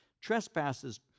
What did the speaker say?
Trespasses